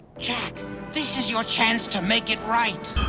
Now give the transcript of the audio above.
jack, this is your chance to make it right!